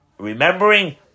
remembering